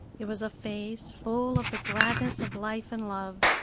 it was a face full of the gladness of life and love,